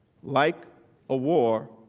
like a war,